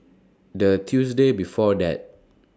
The Tuesday before that